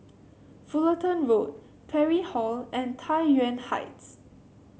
Fullerton Road Parry Hall and Tai Yuan Heights